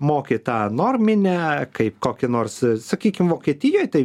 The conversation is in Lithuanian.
moki tą norminę kaip kokį nors sakykim vokietijoj tai